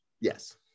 Yes